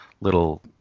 little